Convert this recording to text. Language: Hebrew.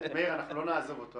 מאיר, אנחנו לא נעזוב אותו.